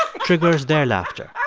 ah triggers their laughter